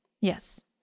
Yes